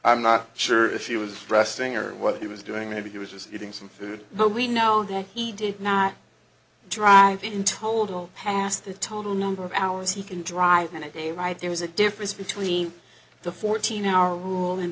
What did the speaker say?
i'm not sure if he was resting or what he was doing maybe he was just eating some food but we know that he did not drive in told well past the total number of hours he can drive and again right there is a difference between the fourteen hour rule and